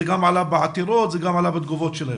זה גם עלה בעתירות וזה גם עלה בתגובות שלהם.